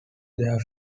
their